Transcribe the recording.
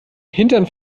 hintern